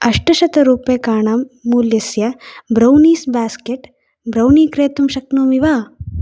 अष्टशतरूप्यकाणां मूल्यस्य brownies basket brownie क्रेतुं शक्नोमि वा